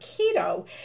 keto